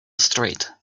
straight